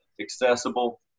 accessible